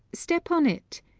step on it!